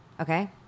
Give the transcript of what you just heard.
Okay